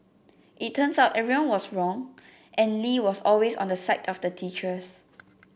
it turns out everyone was wrong and Lee was always on the side of the teachers